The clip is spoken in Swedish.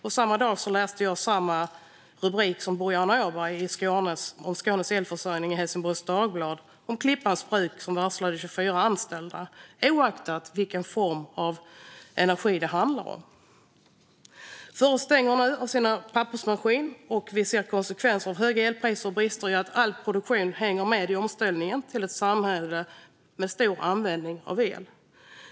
Och samma dag läste jag samma rubrik som Boriana Åberg i Helsingborgs Dagblad om Skånes elförsörjning och Klippans Bruk som varslat 24 anställda, oaktat vilken form av energi det handlar om. Man stänger nu sina pappersmaskiner. Vi ser nu konsekvenserna i form av höga elpriser och brister i att all produktion ska hänga med i omställningen till ett samhälle med stor användning av el.